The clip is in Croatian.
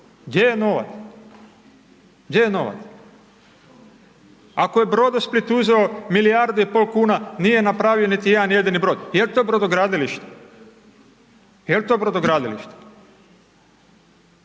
gdje je novac? Gdje je novac? Ako je Brodosplit uzeo milijardu i pol kuna, nije napravio niti jedan jedini brod, je li to brodogradilište? Može li piti pekara da ne